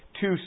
two